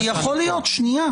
יכול להיות, שנייה.